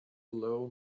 alone